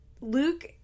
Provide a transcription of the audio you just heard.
Luke